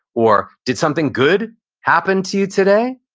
or, did something good happen to you today?